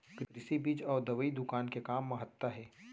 कृषि बीज अउ दवई दुकान के का महत्ता हे?